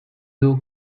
lou